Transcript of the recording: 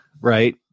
Right